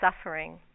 suffering